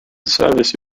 service